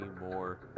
more